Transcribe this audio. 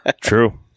True